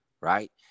right